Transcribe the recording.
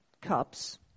cups